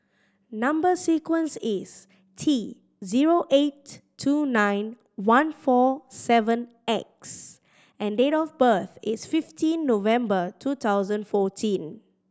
number sequence is T zero eight two nine one four seven X and date of birth is fifteen November two thousand fourteen